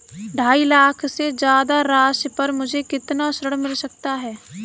ढाई लाख से ज्यादा राशि पर मुझे कितना ऋण मिल सकता है?